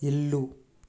ఇల్లు